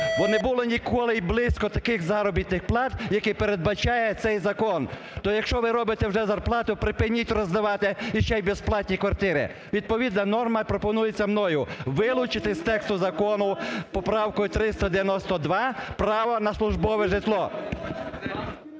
Бо не було ніколи й близько таких заробітних плат, які передбачає цей закон. То якщо ви робите вже зарплату, припиніть роздавати і ще й безплатні квартири. Відповідна норма пропонується мною: вилучити з тексту закону поправкою 392 право на службове житло.